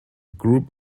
group